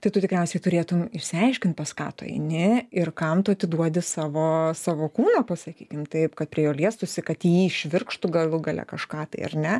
tai tu tikriausiai turėtum išsiaiškint pas ką tu eini ir kam tu atiduodi savo savo kūną pasakykim taip kad prie jo liestųsi kad jį švirkštų galų gale kažką tai ar ne